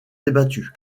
débattue